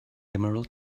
emerald